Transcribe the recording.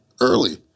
early